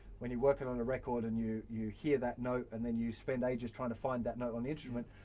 when you're working on a record and you you hear that note and then you spend ages trying to find that note on the instrument,